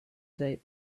date